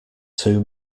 two